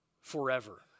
forever